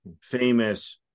famous